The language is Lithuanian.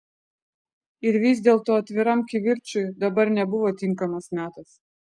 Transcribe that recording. ir vis dėlto atviram kivirčui dabar nebuvo tinkamas metas